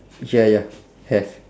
ya ya have